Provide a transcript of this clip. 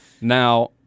Now